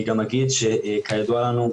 אני גם אגיד שכידוע לנו,